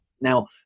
Now